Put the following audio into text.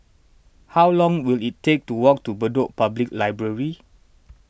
how long will it take to walk to Bedok Public Library